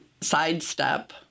sidestep